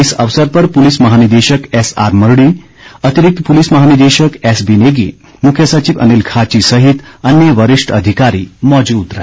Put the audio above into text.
इस अवसर पर पुलिस महानिदेशक एसआर मरड़ी अतिरिक्त पुलिस महानिदेशक एसबी नेगी मुख्य सचिव अनिल खाची सहित अन्य वरिष्ठ अधिकारी मौजूद रहे